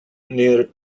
near